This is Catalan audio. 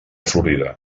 florida